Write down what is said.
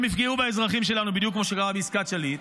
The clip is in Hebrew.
הם יפגעו באזרחים שלנו בדיוק כמו שקרה בעסקת שליט.